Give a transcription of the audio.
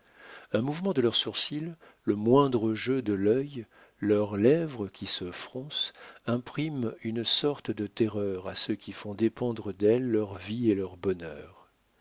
un mouvement de leurs sourcils le moindre jeu de l'œil leur lèvre qui se fronce impriment une sorte de terreur à ceux qui font dépendre d'elles leur vie et leur bonheur